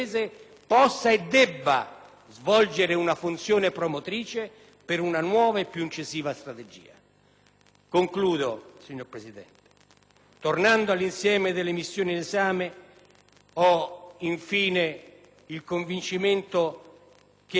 incisiva strategia. Tornando all'insieme delle missioni in esame, ho, infine, il convincimento che una grande riconoscenza debba essere espressa da questo Parlamento e da tutta la Nazione